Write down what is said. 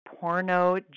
porno